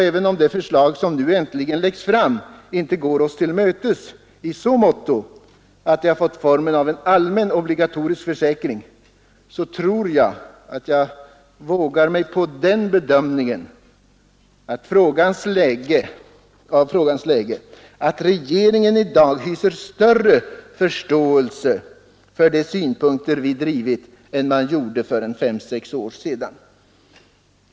Även om det förslag som nu äntligen läggs fram inte går oss till mötes i så måtto att det har fått formen av en allmän, obligatorisk försäkring, tror jag att jag vågar mig på den bedömningen av frågans läge att regeringen i dag hyser större förståelse för de synpunkter vi drivit än den gjorde för fem sex år sedan.